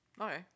Okay